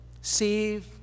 Save